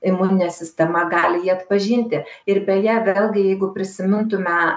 imuninė sistema gali jį atpažinti ir beje vėlgi jeigu prisimintume